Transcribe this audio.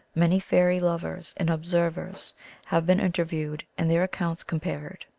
many fairy lovers and observers have been interviewed and their accounts compared.